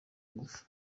ngufu